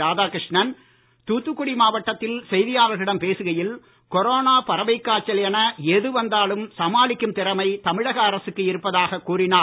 ராதாகிருஷ்ணன் தூத்துக்குடி மாவட்டத்தில் செய்தியாளர்களிடம் பேசுகையில் கொரோனோ பறவைக் காய்ச்சல் என எது வந்தாலும் சமாளிக்கும் திறமை தமிழக அரசுக்கு இருப்பதாக கூறினார்